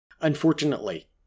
Unfortunately